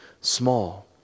small